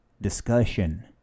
discussion